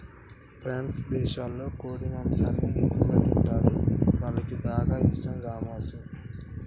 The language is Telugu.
ఫ్రాన్స్ దేశంలో కోడి మాంసాన్ని ఎక్కువగా తింటరు, వాళ్లకి బాగా ఇష్టం గామోసు